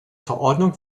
verordnung